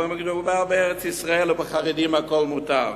אבל כשמדובר בארץ-ישראל ובחרדים, הכול מותר.